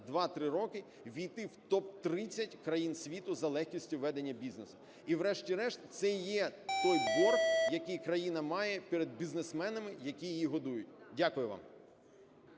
роки ввійти в топ-30 країн світу за легкістю ведення бізнесу. І, врешті-решт, це є той борг, який країна має перед бізнесменами, які її годують. Дякую вам.